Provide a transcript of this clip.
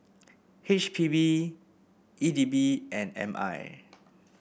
H P B E D B and M I